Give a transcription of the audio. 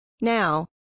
Now